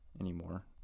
anymore